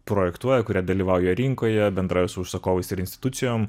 projektuoja kurie dalyvauja rinkoje bendrauja su užsakovais ir institucijom